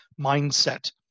mindset